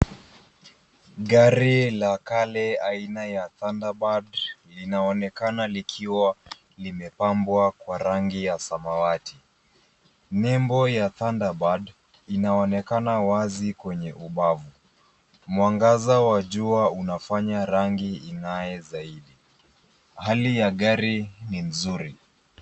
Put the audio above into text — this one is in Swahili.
Gari la kale aina ya Thunder bird linaonekana likiwa limepambwa kwa rangi ya samawati. Nembo ya Thunder bird, inaonekana wazi kwenye ubavu. Mwangaza wa jua unafanya rangi ing'ae zaidi. Hali ya gari ni nzuri.